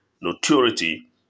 notoriety